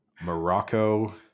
Morocco